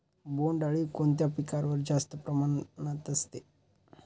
बोंडअळी कोणत्या पिकावर जास्त प्रमाणात असते?